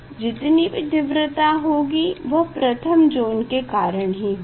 जितनी भी तीव्रता होगी वह प्रथम ज़ोन के कारण ही होगी